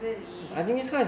really